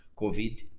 COVID